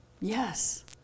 yes